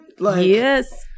Yes